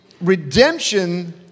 redemption